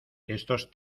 estos